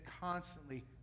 constantly